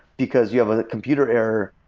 because you have a computer errors,